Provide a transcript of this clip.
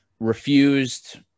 refused